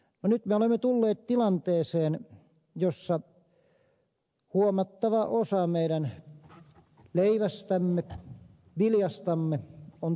nyt me olemme tulleet tilanteeseen jossa huomattava osa meidän leivästämme viljastamme on tuontitavaraa